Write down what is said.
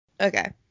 Okay